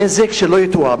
נזק שלא יתואר.